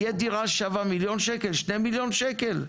תהיה דירה ששווה מיליון או שני מיליון שקל,